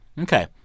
Okay